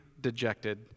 dejected